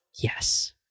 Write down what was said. Yes